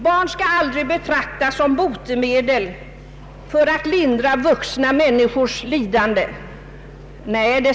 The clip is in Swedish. Barn skall aldrig betraktas som botemedel för att lindra vuxna människors lidanden.